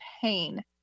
pain